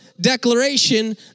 declaration